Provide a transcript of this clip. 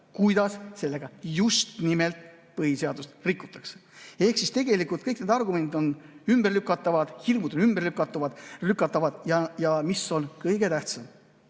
kuidas sellega just nimelt põhiseadust rikutakse. Ehk siis tegelikult kõik need argumendid on ümberlükatavad, hirmud on ümberlükatavad. Ja mis on kõige tähtsam?